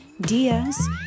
diaz